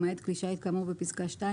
למעט כלי שיט כאמור בפסקה (2),